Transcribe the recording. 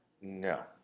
no